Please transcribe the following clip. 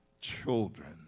children